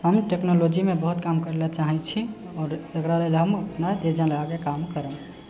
हम टेक्नॉलोजीमे बहुत काम करले चाहे छी आओर एकरा लेल हम अपना जी जान लगाकऽ काम करब